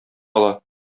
ала